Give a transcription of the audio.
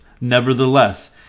Nevertheless